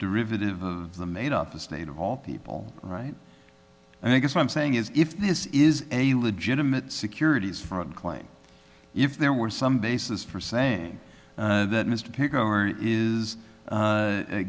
derivative of the made up of state of all people right and i guess what i'm saying is if this is a legitimate securities fraud claim if there were some basis for saying that mr is